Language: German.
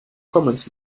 commons